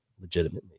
legitimately